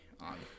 on